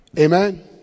Amen